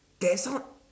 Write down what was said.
that sound